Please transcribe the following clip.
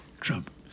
Trump